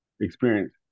experience